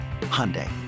Hyundai